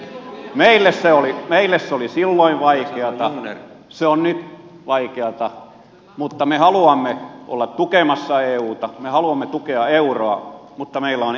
meille se oli silloin vaikeata se on nyt vaikeata mutta me haluamme olla tukemassa euta me haluamme tukea euroa mutta meillä on eri lääke